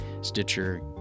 Stitcher